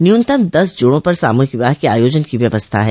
न्यूनतम दस जोड़ों पर सामूहिक विवाह के आयोजन की व्यवस्था है